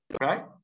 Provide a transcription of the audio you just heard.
right